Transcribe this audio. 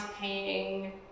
paying